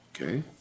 Okay